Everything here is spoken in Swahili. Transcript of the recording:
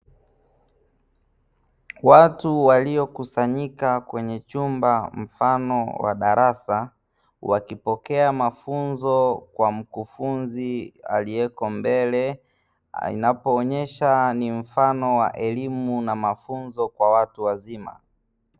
Watu waliokusanyika kwenye chumba mfano wa darasa wakipokea mafunzo kwa mkufunzi aliyeko mbele anapoonyesha ni mfano wa elimu na mafunzo kwa watu wazima.